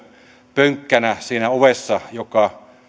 pönkkänä joka